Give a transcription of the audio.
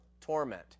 torment